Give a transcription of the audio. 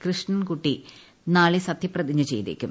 കൃഷ്ണൻകുട്ടി നാളെ സത്യപ്രതിജ്ഞ ചെയ്തേക്കും